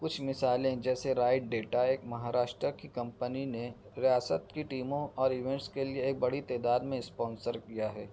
کچھ مثالیں جیسے رائٹ ڈیٹا ایک مہاراشٹر کی کمپنی نے ریاست کی ٹیموں اور ایوینٹس کے لیے ایک بڑی تعداد میں اسپانسر کیا ہے